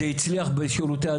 זה הצליח בשירותי הדת,